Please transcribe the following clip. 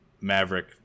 Maverick